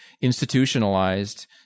institutionalized